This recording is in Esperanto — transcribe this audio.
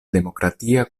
demokratia